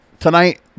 Tonight